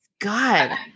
God